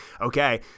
okay